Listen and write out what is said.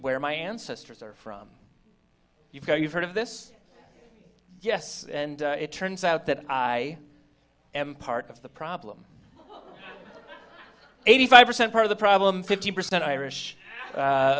where my ancestors are from you go you've heard of this yes and it turns out that i am part of the problem eighty five percent part of the problem fifty percent irish